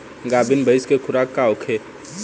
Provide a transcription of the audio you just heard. गाभिन भैंस के खुराक का होखे?